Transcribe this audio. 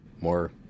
more